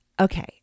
okay